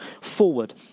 forward